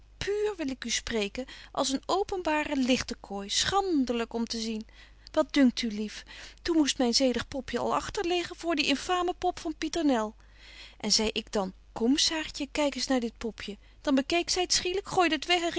puur wil ik spreken als een openbare ligtekooi schandelyk om te zien wat dunkt u lief toen moest myn zedig popje al agter liggen voor die infame pop van pieternel en zei ik dan kom saartje kyk eens naar dit popje dan bekeek zy t schielyk gooide het weg